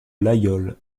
laguiole